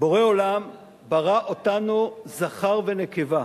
בורא עולם ברא אותנו זכר ונקבה,